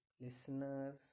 listeners